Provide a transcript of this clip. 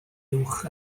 uwch